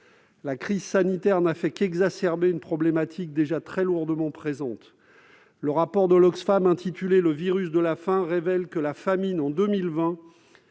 La crise sanitaire n'a fait qu'exacerber une problématique déjà très lourdement présente. Le rapport d'Oxfam intitulé révèle que la famine a